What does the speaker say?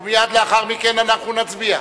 ומייד לאחר מכן אנחנו נצביע.